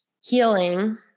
healing